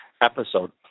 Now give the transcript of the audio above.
episode